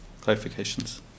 Clarifications